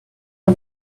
the